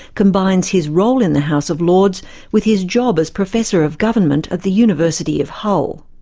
combines his role in the house of lords with his job as professor of government at the university of hull.